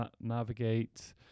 navigate